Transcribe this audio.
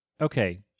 Okay